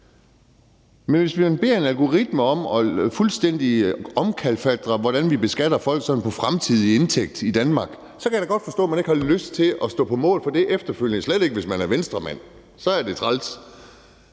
Men hvis vi beder en algoritme om fuldstændig at omkalfatre, hvordan vi beskatter folk på fremtidig indtægt i Danmark, kan jeg da godt forstå, at man ikke har lyst til at stå på mål for det efterfølgende – og slet ikke, hvis man er Venstremand, for så er det træls.